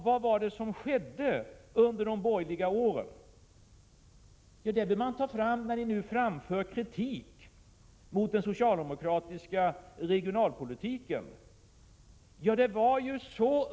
Vad var det som skedde efter de borgerliga åren? Det bör tas fram när ni nu framför kritik mot den socialdemokratiska regionalpolitiken.